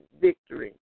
victory